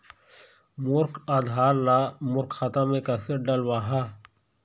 मोर आधार ला मोर खाता मे किसे डलवाहा?